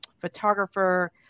photographer